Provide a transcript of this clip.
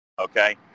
Okay